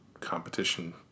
competition